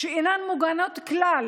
שאינן מוגנות כלל.